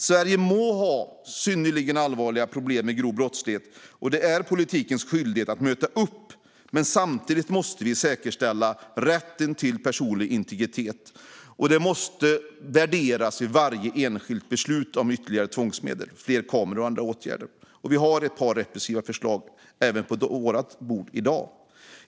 Sverige må ha synnerligen allvarliga problem med grov brottslighet, och det är politikens skyldighet att möta upp, men samtidigt måste man säkerställa rätten till personlig integritet. Detta måste värderas vid varje enskilt beslut om ytterligare tvångsmedel, till exempel fler kameror och andra åtgärder. Det ligger ett par repressiva förslag på bordet även i dag.